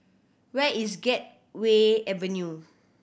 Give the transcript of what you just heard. where is Gateway Avenue